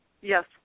Yes